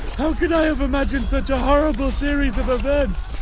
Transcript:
how could i have imagined such a horrible series of events?